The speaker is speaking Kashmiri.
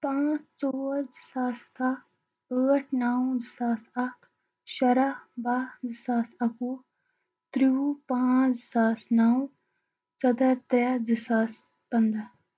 پانٛژھ ژور زٕ ساس کَہہ ٲٹھ نَو زٕ ساس اَکھ شۄراہ بَہہ زٕ ساس اَکہٕ وُہ تِرٛوُہ پانٛژھ زٕ ساس نَو ژۄدہ ترٛےٚ زٕ ساس پنٛداہ